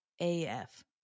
AF